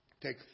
Take